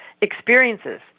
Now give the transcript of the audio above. experiences